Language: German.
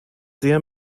sehr